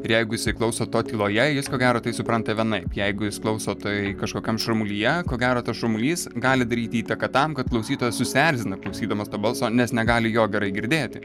ir jeigu jis klauso to tyloje jis ko gero tai supranta vienaip jeigu jis klauso tai kažkokiam šurmulyje ko gero tas šurmulys gali daryti įtaką tam kad klausytojas susierzina klausydamas to balso nes negali jo gerai girdėti